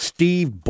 Steve